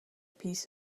peace